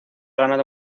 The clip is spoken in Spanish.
ganado